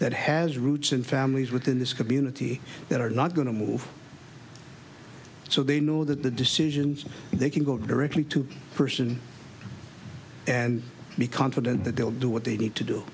that has roots in families within this community that are not going to move so they know that the decisions they can go directly to a person and be confident that they'll do what they need to do